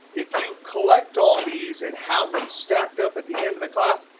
if you collect all these and have them stacked up at the end of the class,